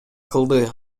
кылды